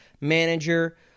manager